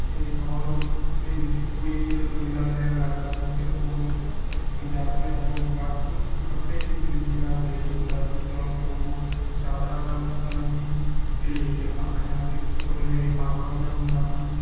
ਅਤੇ ਸਾਉਣ ਦੇ ਵਿੱਚ ਕੋਈ ਵੀ ਜਦੋਂ ਮੇਲਾ ਵਗੈਰਾ ਲੱਗਦਾ ਸੀ ਅਤੇ ਉਦੋਂ ਪੰਜਾਬੀ ਆਪਣੇ ਵੱਖ ਹੀ ਵੱਖਰੇ ਹੀ ਤਰੀਕੇ ਨਾਲ ਪੇਸ਼ ਹੁੰਦਾ ਸੀ ਕਿਉਂਕਿ ਉਹ ਚਾਦਰਾ ਬੰਨਦਾ ਹੁੰਦਾ ਸੀ ਅਤੇ ਆਪਣਾ ਸਿਰ 'ਤੇ ਤੁਰਲੇ ਵਾਲੀ ਪੱਗ ਬੰਨਦਾ ਹੁੰਦਾ ਸੀ